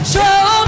Show